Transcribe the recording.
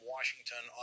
Washington